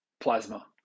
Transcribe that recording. plasma